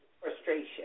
frustration